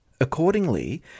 Accordingly